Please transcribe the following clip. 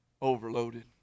overloaded